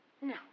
No